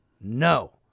No